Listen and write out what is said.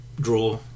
draw